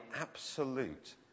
absolute